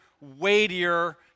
weightier